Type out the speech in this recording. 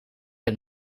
het